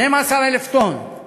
12,000 טונות